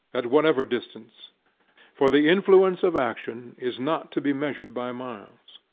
at whatever distance for the influence of action is not to be measured by miles.